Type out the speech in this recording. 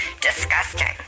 disgusting